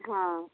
हँ